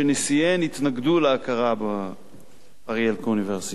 שנשיאיהן התנגדו להכרה באריאל כאוניברסיטה,